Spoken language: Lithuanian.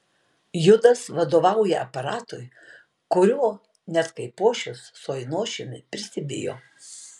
judas vadovauja aparatui kurio net kaipošius su ainošiumi prisibijo